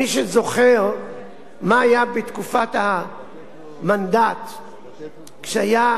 מי שזוכר מה היה בתקופת המנדט כשהיתה